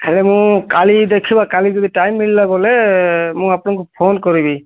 ହେଲେ ମୁଁ କାଲି ଦେଖିବା କାଲି ଯଦି ଟାଇମ୍ ମିଳିଲା ବୋଲେ ମୁଁ ଆପଣଙ୍କୁ ଫୋନ୍ କରିବି